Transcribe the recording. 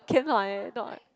cannot eh not